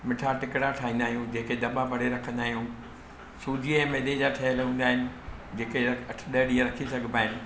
मिठा टिकिड़ा ठाहींदा आहियूं जेके दॿा भरे रखंदा आहियूं सूजी ऐं मैदे जा ठहियलु हूंदा आहिनि जेके रख अठ ॾह ॾींहं रखी सघिबा आहिनि